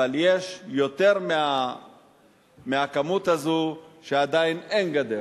אבל יש יותר מהכמות הזאת שבה עדיין אין גדר.